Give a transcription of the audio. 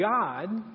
God